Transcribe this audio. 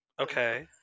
Okay